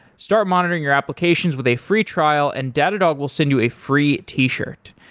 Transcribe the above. start monitoring your applications with a free trial and datadog will send you a free t-shirt.